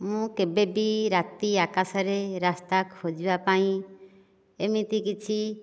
ମୁଁ କେବେ ବି ରାତି ଆକାଶରେ ରାସ୍ତା ଖୋଜିବା ପାଇଁ ଏମିତି କିଛି